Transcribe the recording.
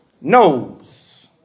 knows